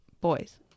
boys